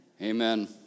Amen